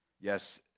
Yes